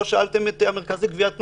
לא שאלתם את המרכז לגביית קנסות,